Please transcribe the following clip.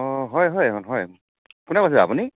অ হয় হয় হয় কোনে কৈছে আপুনি